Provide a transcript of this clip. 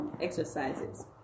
exercises